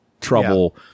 Trouble